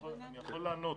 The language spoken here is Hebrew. אני יכול לענות.